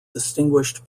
distinguished